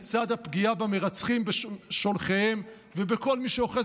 לצד הפגיעה במרצחים ושולחיהם ובכל מי שאוחז